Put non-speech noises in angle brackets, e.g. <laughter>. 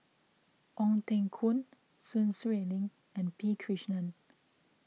Ong Teng Koon Sun Xueling and P Krishnan <noise>